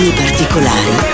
particolari